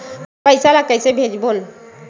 पईसा ला कइसे भेजबोन?